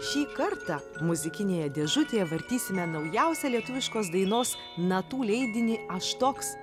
šį kartą muzikinėje dėžutėje vartysime naujausią lietuviškos dainos natų leidinį aš toks